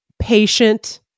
patient